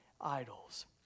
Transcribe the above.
idols